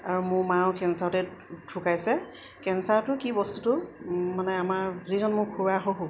আৰু মোৰ মাও কেঞ্চাৰতে ঢুকাইছে কেঞ্চাৰটো কি বস্তুটো মানে আমাৰ যিজন মোৰ খুৰা শহুৰ